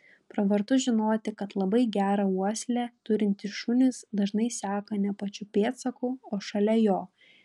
pravartu žinoti kad labai gerą uoslę turintys šunys dažnai seka ne pačiu pėdsaku o šalia jo